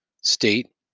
state